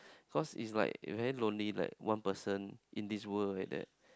cause it's like you very lonely like one person in this world like that